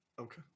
Okay